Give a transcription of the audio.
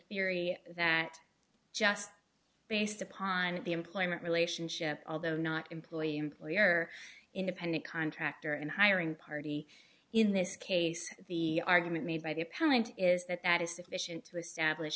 theory that just based upon the employment relationship although not employee employer independent contractor and hiring party in this case the argument made by the appellant is that that is sufficient to establish